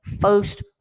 first